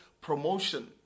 promotion